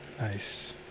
Nice